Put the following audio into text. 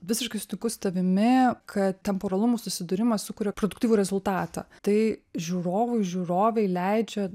visiškai sutinku su tavimi ką temporalumų susidūrimas sukuria produktyvų rezultatą tai žiūrovui žiūrovei leidžia